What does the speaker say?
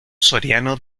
soriano